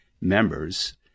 members